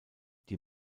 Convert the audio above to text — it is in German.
die